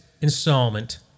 installment